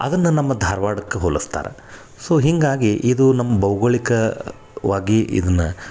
ಅದನ್ನು ನಮ್ಮ ಧಾರ್ವಾಡಕ್ಕೆ ಹೋಲಿಸ್ತಾರ ಸೊ ಹೀಗಾಗಿ ಇದು ನಮ್ಮ ಭೌಗೋಳಿಕವಾಗಿ ಇದನ್ನು